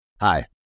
Hi